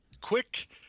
quick